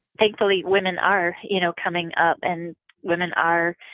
thankfully women are you know coming up, and women are,